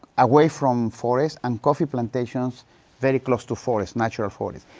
away from forests and coffee plantations very close to forests, natural forests.